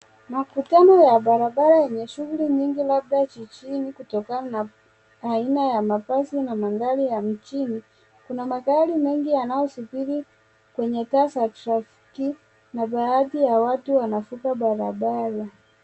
Makutano ya barabara yenye shughuli nyingi labda jijini kutokana na aina ya mabasi na aina ya mandhari ya mjini, kuna magari mengi yanayosubiri kwenye taa za trafiki na baadhi ya watu wanavuka baraba.